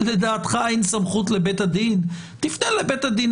לדעתך, אין סמכות לבית הדין, תפנה לבית הדין